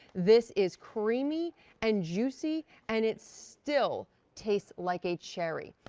this is creamy and juicy and it's still taste like a cherry.